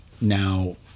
now